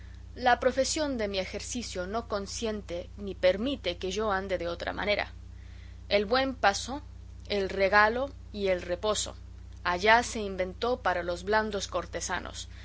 la profesión de mi ejercicio no consiente ni permite que yo ande de otra manera el buen paso el regalo y el reposo allá se inventó para los blandos cortesanos